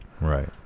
Right